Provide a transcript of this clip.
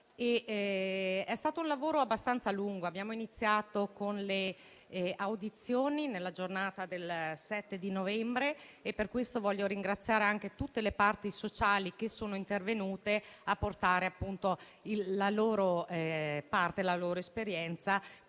È stato un lavoro abbastanza lungo. Abbiamo iniziato con le audizioni nella giornata del 7 novembre e per questo voglio ringraziare anche tutte le parti sociali che sono intervenute a portare il loro contributo e la loro esperienza,